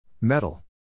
Metal